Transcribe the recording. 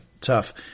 tough